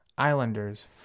Islanders